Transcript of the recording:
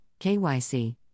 KYC